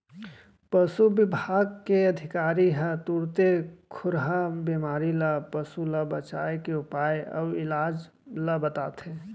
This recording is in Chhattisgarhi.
पसु बिभाग के अधिकारी ह तुरते खुरहा बेमारी ले पसु ल बचाए के उपाय अउ इलाज ल बताथें